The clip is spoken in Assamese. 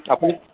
আপুনি